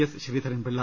S Sreedharan Pillai